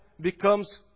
becomes